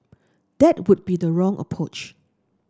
that would be the wrong approach